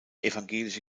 evangelische